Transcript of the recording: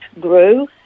grew